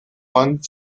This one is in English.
one